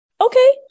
Okay